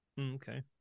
okay